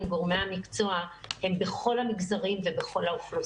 גורמי המקצוע הם בכל המגזרים ובכל האוכלוסיות.